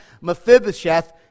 Mephibosheth